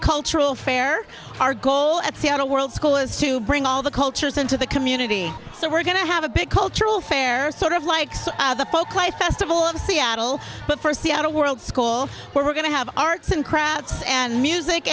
cultural fair our goal at seattle world school is to bring all the cultures into the community so we're going to have a big cultural fair sort of like the folklife festival of seattle but first the outer world school where we're going to have arts and crafts and music